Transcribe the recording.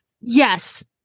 Yes